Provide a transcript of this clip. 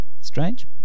Strange